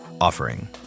offering